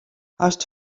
hast